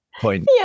point